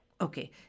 Okay